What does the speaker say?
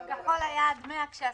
זה מקביל ל-3,000 בחד חודשי.